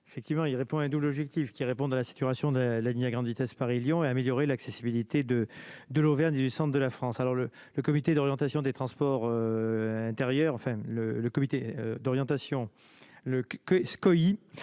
effectivement, il répond à un double objectif qui répondent à la situation de la ligne à grande vitesse Paris-Lyon et améliorer l'accessibilité de de l'Auvergne et du Centre de la France, alors le le comité d'orientation des transports intérieurs enfin le le comité d'orientation le que